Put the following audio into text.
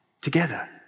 together